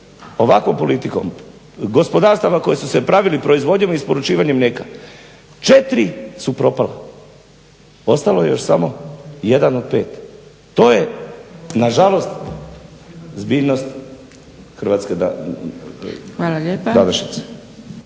ovakvom politikom gospodarstava koje su se bavili proizvodnjom i isporučivanjem mlijeka 4 su propala. Ostalo je još samo 1 od 5. To je nažalost zbiljnost hrvatske današnjice.